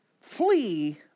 flee